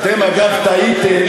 אתם, אגב, טעיתם.